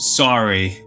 sorry